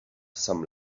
some